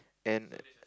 and